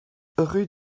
rue